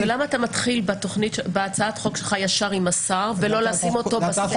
ולמה אתה מתחיל בהצעת החוק שלך ישר עם השר ולא שם אותו...